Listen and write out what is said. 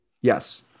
Yes